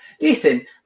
listen